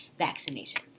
vaccinations